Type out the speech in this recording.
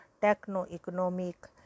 techno-economic